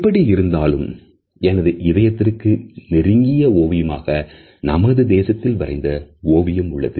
எப்படி இருந்தாலும் எனது இதயத்திற்கு நெருங்கிய ஓவியமாக நமது தேசத்தில் வரைந்த ஓவியம் உள்ளது